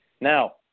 Now